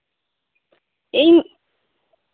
ᱤᱧ